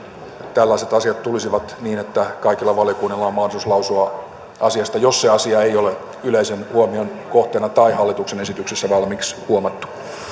tällaiset asiat tulisivat niin että kaikilla valiokunnilla on mahdollisuus lausua asiasta jos se asia ei ole yleisen huomion kohteena tai hallituksen esityksessä valmiiksi huomattu